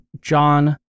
John